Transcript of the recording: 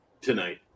tonight